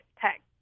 tech